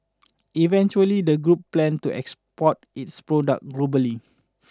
eventually the group plan to export its products globally